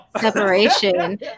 separation